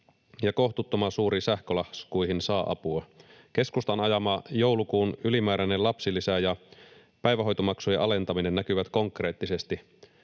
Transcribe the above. ja kohtuuttoman suuriin sähkölaskuihin saa apua. Keskustan ajama joulukuun ylimääräinen lapsilisä ja päivähoitomaksujen alentaminen näkyvät konkreettisesti